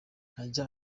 ntajya